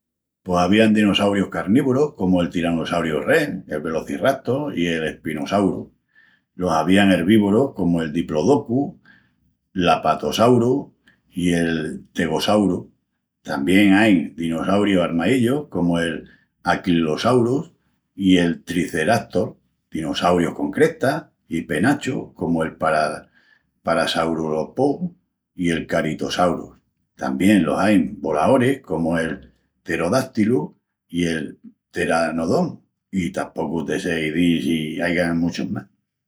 Pos avían dinossaurius carnívorus, comu'l Tyrannosaurius Rex, el Velociraptor i el Spinosaurus, los avían ervívorus comu'l Diplodocus, l'Apatosaurus i el Stegosaurus. Tamién ain dinossaurius armaíllus comu'l Ankylosaurus i el Triceratops, dinossaurius con crestas i penachus comu'l Para... Parasaurolophus i el Corythosaurus. I tamién los ain volaoris comu'l Pterodátilu i el Pteranodon. I tapocu te sé izil si aigan muchus más.